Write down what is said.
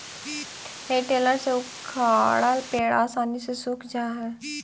हेइ टेडर से उखाड़ल पेड़ आसानी से सूख जा हई